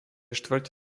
štvrť